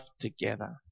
together